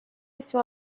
sur